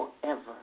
forever